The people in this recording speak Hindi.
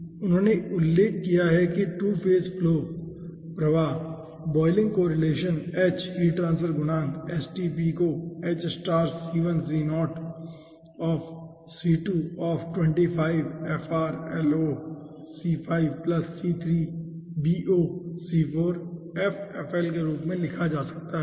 इसलिए उन्होंने उल्लेख किया है कि टू फेज फ्लो प्रवाह boiling correlation h heat transfer गुणांक को के रूप में लिखा जा सकता है